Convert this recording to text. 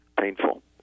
painful